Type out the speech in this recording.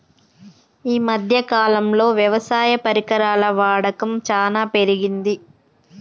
ఈ మధ్య కాలం లో వ్యవసాయ పరికరాల వాడకం చానా పెరిగింది